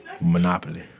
Monopoly